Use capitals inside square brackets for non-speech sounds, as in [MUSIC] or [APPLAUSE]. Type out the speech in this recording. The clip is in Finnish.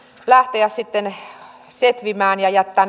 lähteä setvimään ja jättää [UNINTELLIGIBLE]